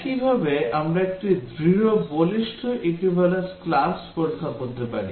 একইভাবে আমরা একটি দৃঢ় বলিষ্ঠ equivalence class পরীক্ষা করতে পারি